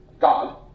God